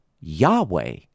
Yahweh